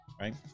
right